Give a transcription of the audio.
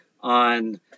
on